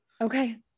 Okay